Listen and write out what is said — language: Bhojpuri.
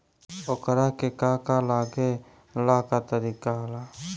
ओकरा के का का लागे ला का तरीका होला?